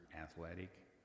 athletic